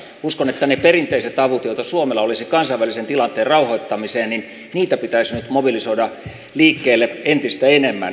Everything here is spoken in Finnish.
uskon että niitä perinteisiä avuja joita suomella olisi kansainvälisen tilanteen rauhoittamiseen pitäisi nyt mobilisoida liikkeelle entistä enemmän